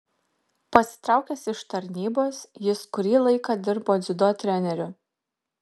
pasitraukęs iš tarnybos jis kurį laiką dirbo dziudo treneriu